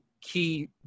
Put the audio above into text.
key